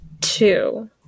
two